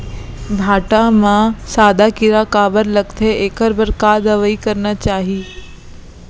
भांटा म सादा कीरा काबर लगथे एखर बर का दवई करना चाही?